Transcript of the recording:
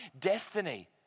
destiny